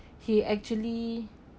he actually